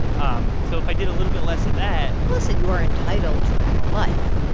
um so if i did a little bit less of that. listen you are entitled to have a life.